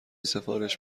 سفارش